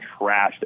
trashed